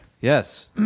Yes